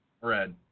red